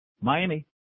Miami